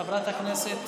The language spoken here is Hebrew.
חבר הכנסת